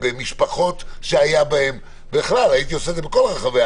במשפחות שהייתה בהם תחלואה.